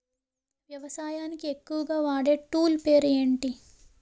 వ్యవసాయానికి ఎక్కువుగా వాడే టూల్ పేరు ఏంటి?